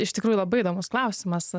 iš tikrųjų labai įdomus klausimas